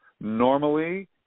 Normally